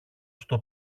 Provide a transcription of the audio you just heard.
στο